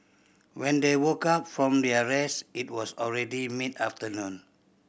when they woke up from their rest it was already mid afternoon